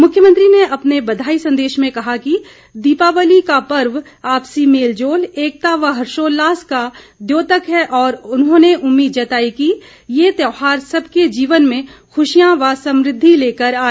मुख्यमंत्री ने अपने बधाई संदेश में कहा कि दीपावली का पर्व आपसी मेलजोल एकता व हर्षोल्लास का द्योतक है और उन्होंने उम्मीद जताई कि यह त्यौहार सबके जीवन में खुशियां व समृद्धि लेकर आए